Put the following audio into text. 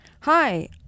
Hi